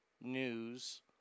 News